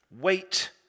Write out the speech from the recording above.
wait